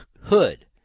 hood